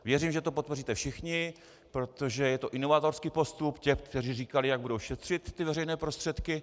Věřím, že to podpoříte všichni, protože je to inovátorský postup těch, kteří říkali, jak budou šetřit veřejné prostředky.